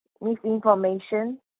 misinformation